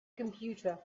computer